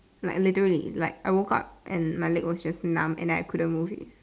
like literally like I woke up and my leg is just numb I couldn't move it